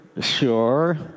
sure